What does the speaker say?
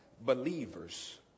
believers